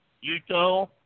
Utah